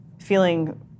feeling